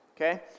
okay